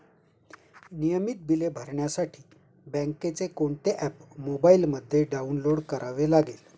नियमित बिले भरण्यासाठी बँकेचे कोणते ऍप मोबाइलमध्ये डाऊनलोड करावे लागेल?